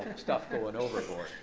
stuff that went overboard.